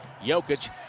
Jokic